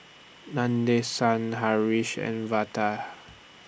Nadesan Haresh and